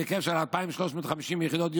בהיקף של כ-2,350 יחידות,